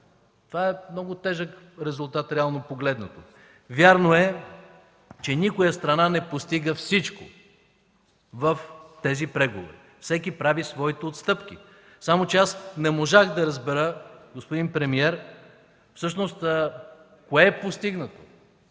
е много тежък резултат. Вярно е, че никоя страна не постига всичко в тези преговори. Всеки прави своите отстъпки, само че аз не можах да разбера, господин премиер, всъщност кое е постигнато